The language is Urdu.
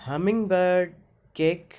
humming bird cake